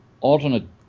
alternate